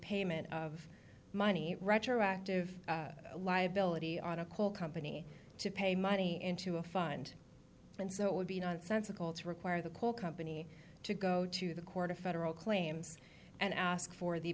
payment of money retroactive liability on a coal company to pay money into a fund and so it would be nonsensical to require the coal company to go to the court of federal claims and ask for the